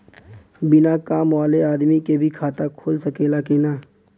बिना काम वाले आदमी के भी खाता खुल सकेला की ना?